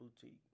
Boutique